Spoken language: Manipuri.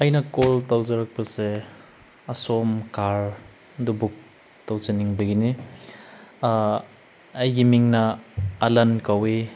ꯑꯩꯅ ꯀꯣꯜ ꯇꯧꯖꯔꯛꯄꯁꯦ ꯑꯁꯣꯝ ꯀꯥꯔꯗꯨ ꯕꯨꯛ ꯇꯧꯖꯅꯤꯡꯕꯒꯤꯅꯤ ꯑꯩꯒꯤ ꯃꯤꯡꯅ ꯑꯂꯟ ꯀꯧꯏ